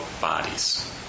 bodies